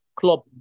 Club